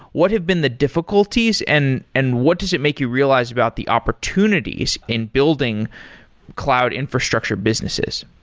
what have been the difficulties and and what does it make you realize about the opportunities in building cloud infrastructure businesses?